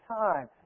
time